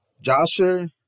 Joshua